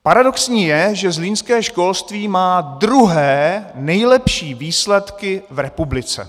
Paradoxní je, že zlínské školství má druhé nejlepší výsledky v republice!